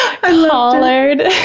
collared